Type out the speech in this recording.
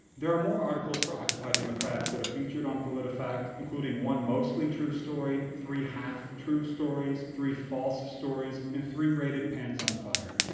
there are more articles for occupy democrats that are featured on politifact, including one mostly true story, three half true stories, three false stories and three rated pants on fire.